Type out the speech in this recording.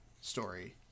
story